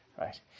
right